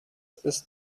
ist